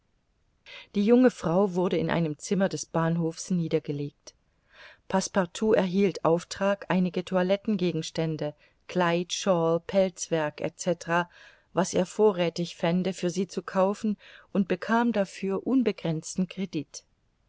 die junge frau wurde in einem zimmer des bahnhofs niedergelegt passepartout erhielt auftrag einige toilettengegenstände kleid shawl pelzwerk etc was er vorräthig fände für sie zu kaufen und bekam dafür unbegrenzten credit